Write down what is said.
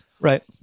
Right